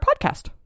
podcast